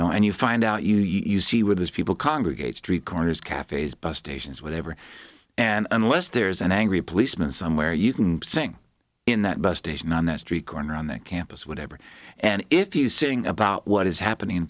know and you find out you know you see with those people congregate street corners cafes bus stations whatever and unless there's an angry policeman somewhere you can sing in that bus station on that street corner on that campus whatever and if you sing about what is happening in